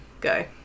go